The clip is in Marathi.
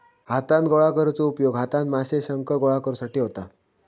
हातान गोळा करुचो उपयोग हातान माशे, शंख गोळा करुसाठी होता